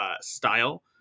style